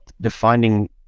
defining